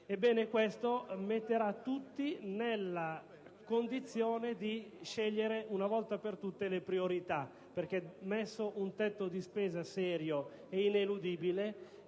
questo metterà tutti nella condizione di scegliere una volta per tutte le priorità. Posto un tetto di spesa serio e ineludibile,